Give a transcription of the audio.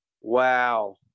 Wow